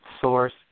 Source